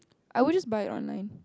I would just buy it online